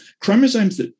Chromosomes